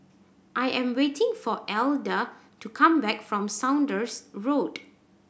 I am waiting for Alida to come back from Saunders Road